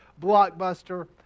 blockbuster